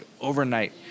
overnight